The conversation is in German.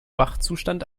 wachzustand